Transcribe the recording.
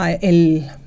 el